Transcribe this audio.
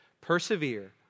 persevere